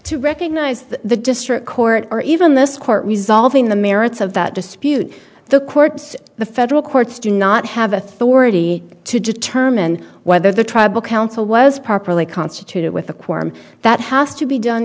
to recognize that the district court or even this court resolving the merits of that dispute the courts the federal courts do not have authority to determine whether the tribal council was properly constituted with a quorum that has to be done